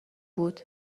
بود